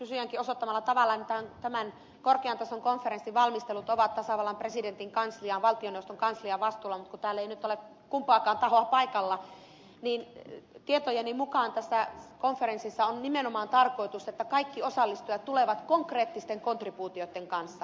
kysyjänkin osoittamalla tavalla tämän korkean tason konferenssin valmistelut ovat tasavallan presidentin kanslian valtioneuvoston kanslian vastuulla mutta kun täällä nyt ei ole kumpaakaan tahoa paikalla niin tietojeni mukaan tässä konferenssissa on nimenomaan tarkoitus että kaikki osallistujat tulevat konkreettisten kontribuutioitten kanssa